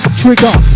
trigger